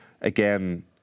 again